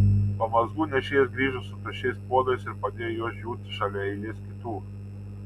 pamazgų nešėjas grįžo su tuščiais puodais ir padėjo juos džiūti šalia eilės kitų